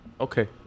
okay